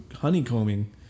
honeycombing